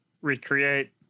recreate